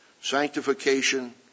sanctification